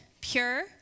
pure